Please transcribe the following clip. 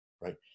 right